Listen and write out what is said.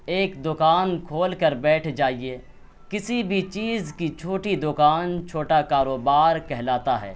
ایک دکان کھول کر بیٹھ جائیے کسی بھی چیز کی چھوٹی دکان چھوٹا کاروبار کہلاتا ہے